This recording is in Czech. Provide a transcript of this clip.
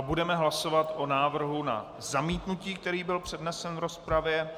Budeme hlasovat o návrhu na zamítnutí, který byl přednesen v rozpravě.